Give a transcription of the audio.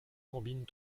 combine